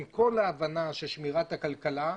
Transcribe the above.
עם כל ההבנה של שמירת הכלכלה,